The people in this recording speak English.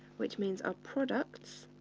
which means ah products